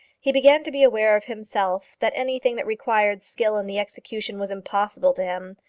he began to be aware of himself that anything that required skill in the execution was impossible to him.